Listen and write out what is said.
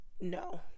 no